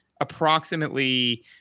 approximately